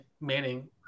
Manning